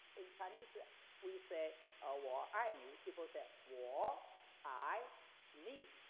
in chinese we say ah wo ai ni. people say wall eye knee,